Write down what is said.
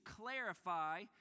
clarify